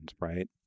right